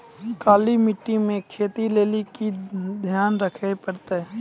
काली मिट्टी मे खेती लेली की ध्यान रखे परतै?